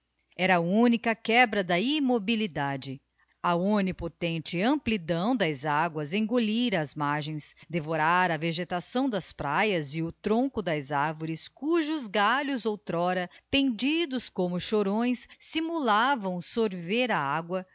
era a única quebra da immobilidade a omnipotente amplidão das aguas engolira as margens devorara a vegetação das pratas e o tronco das arvores cujos galhos outr'ora pendidos como chorões simulavam sorver a agua